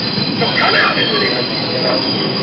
so come out in the name of jesus christ